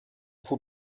faut